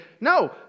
no